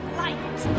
light